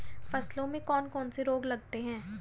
फसलों में कौन कौन से रोग लगते हैं?